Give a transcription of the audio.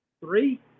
Three